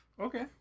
Okay